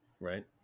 right